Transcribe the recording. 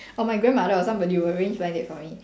or my grandmother or somebody will arrange blind date for me